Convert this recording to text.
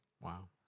Wow